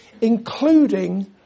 including